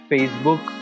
Facebook